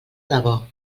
debò